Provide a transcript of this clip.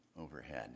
overhead